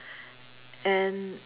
and